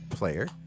player